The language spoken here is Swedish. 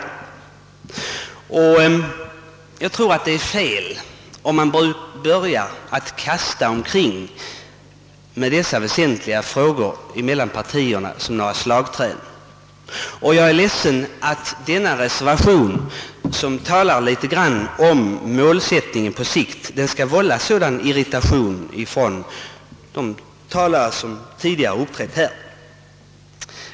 Jag tror det är fel om man börjar kasta dessa väsentliga frågor mellan partierna som slagträn. Jag är ledsen att denna reservation skall vålla sådan irritation bland de talare som tidigare uppträtt här.